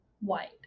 white